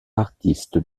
artiste